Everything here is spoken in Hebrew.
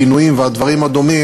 הפינויים והדברים הדומים,